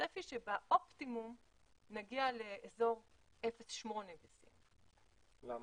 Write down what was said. והצפי שבאופטימום נגיע לאזור 0.8 BCM. למה?